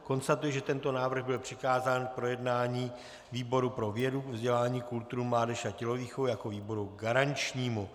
Konstatuji, že tento návrh byl přikázán k projednání výboru pro vědu, vzdělání, kulturu, mládež a tělovýchovu jako výboru garančnímu.